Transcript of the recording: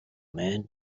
man